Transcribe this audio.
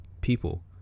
people